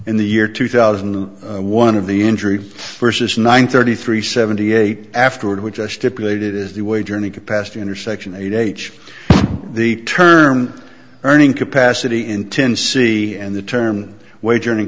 in the year two thousand and one of the injury versus nine thirty three seventy eight afterward which i stipulated is the wage earning capacity under section eight age the term earning capacity intensity and the term wage earning